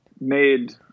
made